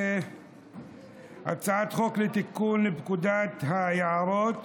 חוק לתיקון פקודת היערות,